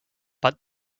but